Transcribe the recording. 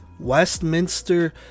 Westminster